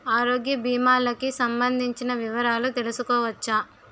ఆరోగ్య భీమాలకి సంబందించిన వివరాలు తెలుసుకోవచ్చా?